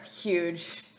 Huge